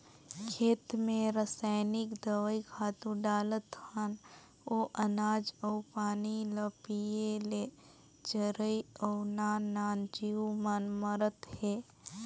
खेत मे रसइनिक दवई, खातू डालत हन ओ अनाज अउ पानी ल पिये ले चरई अउ नान नान जीव मन मरत हे